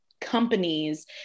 companies